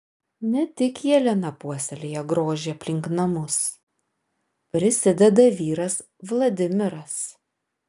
ne tik jelena puoselėja grožį aplink namus prisideda vyras vladimiras